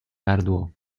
gardło